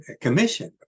commission